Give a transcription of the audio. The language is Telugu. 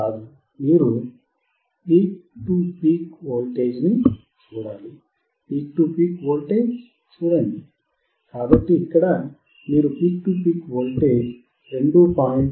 మీరు పీక్ టు పీక్ వోల్టేజ్ చూడాలి పీక్ టు పీక్ వోల్టేజ్ చూడండి కాబట్టి ఇక్కడ మీరు పీక్ టు పీక్ వోల్టేజ్ 2